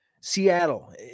Seattle